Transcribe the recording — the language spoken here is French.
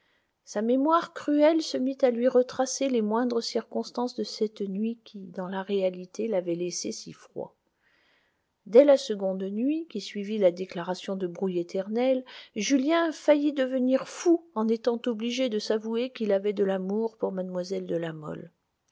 sa mémoire cruelle se mit à lui retracer les moindres circonstances de cette nuit qui dans la réalité l'avait laissé si froid dès la seconde nuit qui suivit la déclaration de brouille éternelle julien faillit devenir fou en étant obligé de s'avouer qu'il avait de l'amour pour mlle de la mole